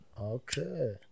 Okay